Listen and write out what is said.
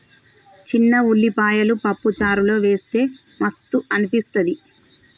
చిన్న ఉల్లిపాయలు పప్పు చారులో వేస్తె మస్తు అనిపిస్తది